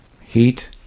heat